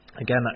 Again